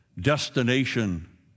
destination